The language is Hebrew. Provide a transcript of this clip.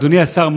אדוני השר,